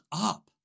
up